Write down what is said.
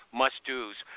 must-dos